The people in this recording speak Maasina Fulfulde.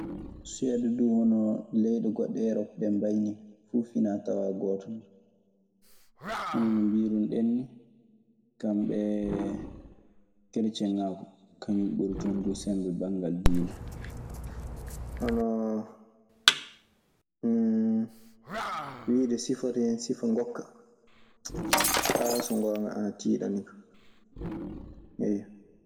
Suwed duu, hono leyɗe goɗɗe erop no mbay nii. Fuu finaa tawaa gooto non. Hono no mbiirunoɗen nii, kamɓe kerecienŋaagu kañn ɓuri toon duu sembe banngal diina. Honoo wiide sifoto hen sifa ngokka, so ngoonga ana tiiɗani kam. Eyyo.